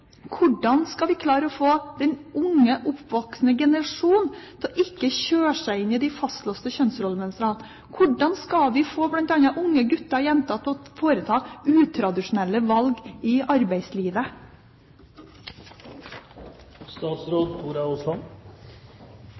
Hvordan skal vi klare å få den unge, oppvoksende generasjon til ikke å kjøre seg inn i de fastlåste kjønnsrollemønstrene? Hvordan skal vi få bl.a. unge gutter og jenter til å foreta utradisjonelle valg i arbeidslivet?